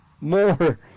more